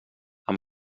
amb